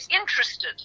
interested